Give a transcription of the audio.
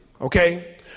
Okay